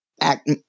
Act